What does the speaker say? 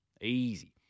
Easy